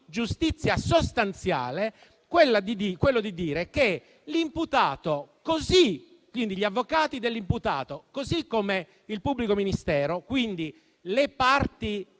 giustizia sostanziale quello di dire che gli avvocati dell'imputato, così come il pubblico ministero, quindi le parti